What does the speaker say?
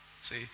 See